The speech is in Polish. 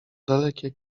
dalekie